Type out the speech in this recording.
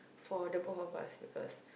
for the both of us because